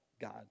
God